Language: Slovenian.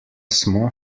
smo